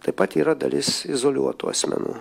taip pat yra dalis izoliuotų asmenų